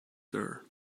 there